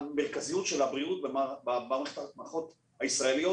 המרכזיות של הבריאות במערכות הישראליות